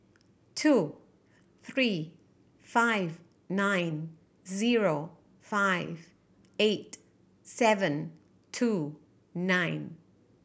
two three five nine zero five eight seven two nine